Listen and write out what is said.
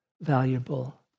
valuable